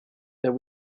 there